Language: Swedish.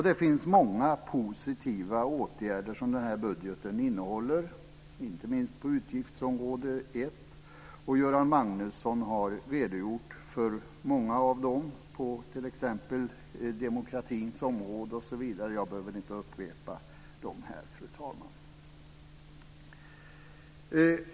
Det finns många positiva åtgärder som budgeten innehåller, inte minst på utgiftsområde 1. Göran Magnusson har redogjort för många av dem på t.ex. demokratins område osv. Jag behöver inte upprepa dem här, fru talman.